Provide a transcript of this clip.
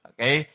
Okay